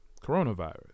coronavirus